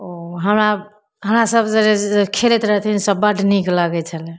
ओ हमरा अहाँसभ जे खेलैत रहथिन सब बड़ नीक लगैत छलै